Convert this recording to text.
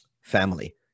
family